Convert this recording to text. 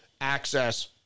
access